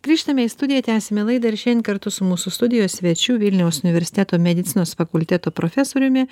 grįžtame į studiją tęsiame laidą ir šiandien kartu su mūsų studijos svečiu vilniaus universiteto medicinos fakulteto profesoriumi